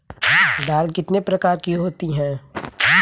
दाल कितने प्रकार की होती है?